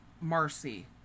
Marcy